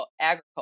agriculture